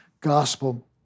gospel